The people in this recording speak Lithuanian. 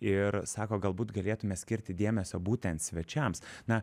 ir sako galbūt galėtume skirti dėmesio būtent svečiams na